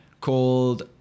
called